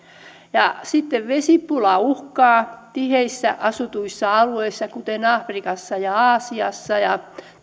sitten vesipula uhkaa tiheästi asutuilla alueilla kuten afrikassa ja aasiassa ja